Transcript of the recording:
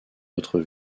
autres